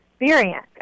experience